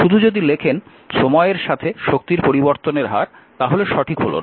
শুধু যদি লেখেন সময়ের সাথে শক্তির পরিবর্তনের হার তাহলে সঠিক হল না